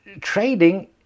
trading